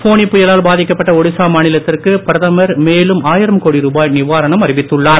போனி புயலால் பாதிக்கப்பட்ட ஒடிசா மாநிலத்திற்கு பிரதமர் மேலும் ஆயிரம் கோடி ருபாய் நிவாரணம் அறிவித்துள்ளார்